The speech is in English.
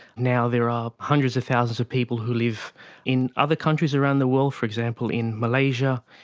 now there are hundreds of thousands of people who live in other countries around the world, for example in malaysia,